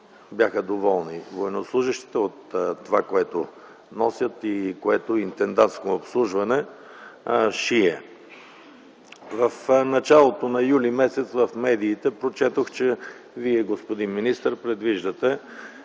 бяха доволни военнослужещите от това, което носят и „Интендантско обслужване” шие. В началото на м. юли в медиите прочетох, че Вие, господин министър, предвиждате